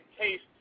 taste